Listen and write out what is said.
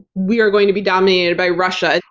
we are going to be dominated by russia.